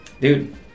Dude